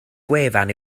gwefan